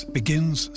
begins